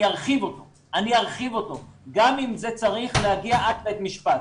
אני ארחיב אותו גם אם זה צריך להגיע עד בית משפט,